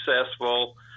successful